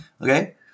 Okay